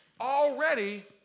already